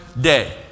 day